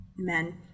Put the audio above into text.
Men